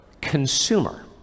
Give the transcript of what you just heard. consumer